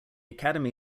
academy